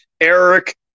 Eric